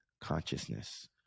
consciousness